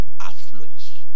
affluence